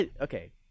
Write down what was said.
okay